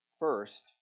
First